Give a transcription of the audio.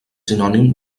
sinònim